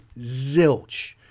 Zilch